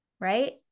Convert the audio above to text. right